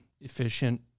efficient